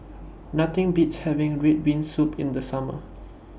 Nothing Beats having Red Bean Soup in The Summer